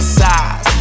size